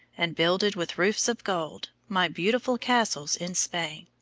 and builded, with roofs of gold, my beautiful castles in spain!